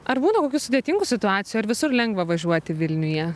ar būna kokių sudėtingų situacijų ar visur lengva važiuoti vilniuje